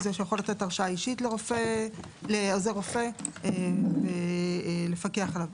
שיכול לתת הרשאה אישית לעוזר רופא ולפקח עליו.